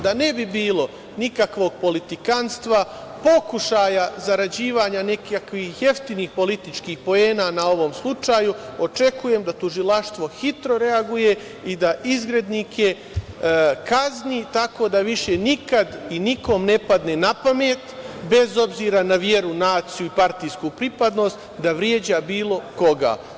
Da ne bi bilo nikakvog politikanstva, pokušaja zarađivanja nekakvih jeftinih političkih poena na ovom slučaju, očekujem da tužilaštvo hitro reaguje i da izgrednike kazni, tako da više nikad i nikom ne padne napamet, bez obzira na veru, naciju i partijsku pripadnost, da vređa bilo koga.